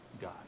God